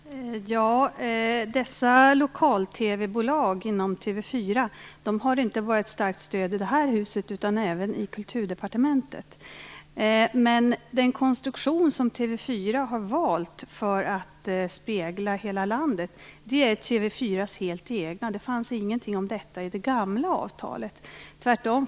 Fru talman! Dessa lokal-TV-bolag inom TV 4 har inte bara ett starkt stöd i riksdagshuset utan även på Den konstruktion som TV 4 har valt för att spegla hela landet är helt TV 4:s egen. Det fanns inte någonting om detta i det gamla avtalet - tvärtom.